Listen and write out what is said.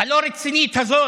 הלא-רצינית הזאת,